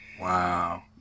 wow